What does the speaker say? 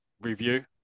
Review